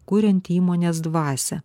kuriant įmonės dvasią